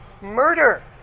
Murder